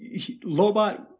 Lobot